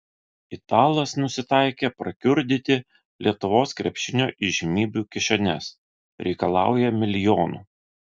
italas nusitaikė prakiurdyti lietuvos krepšinio įžymybių kišenes reikalauja milijonų